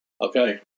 Okay